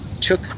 took